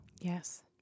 Yes